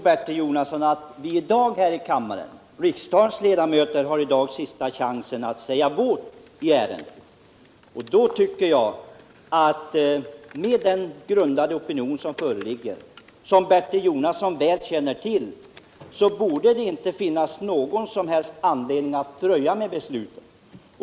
Herr talman! Det är så, Bertil Jonasson, att riksdagens ledamöter i dag här i kammaren har sista chansen att säga sitt i ärendet. Och då tycker jag att med den välgrundade opinion som föreligger, som Bertil Jonasson väl känner till, borde det inte finnas någon som helst anledning att dröja med beslutet.